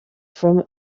from